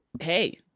hey